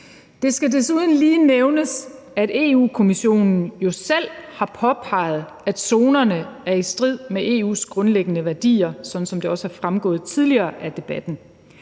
Det skal desuden lige nævnes, at Europa-Kommissionen selv har påpeget, at zonerne er i strid med EU's grundlæggende værdier, sådan som det også er fremgået tidligere af debatten.